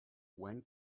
when